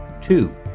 Two